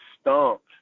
stumped